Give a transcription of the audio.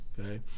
okay